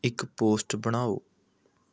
ਇੱਕ ਪੋਸਟ ਬਣਾਓ